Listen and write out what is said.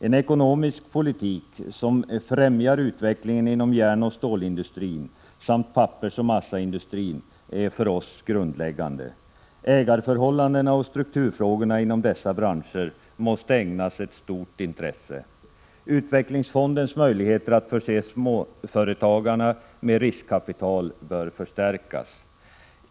En ekonomisk politik som främjar utvecklingen inom järnoch stålindustrin samt pappersoch massaindustrin är för oss grundläggande. Ägarförhållandena och strukturfrågorna inom dessa branscher måste ägnas stort intresse. Utvecklingsfondens möjligheter att förse småföretagarna med riskkapital bör förstärkas.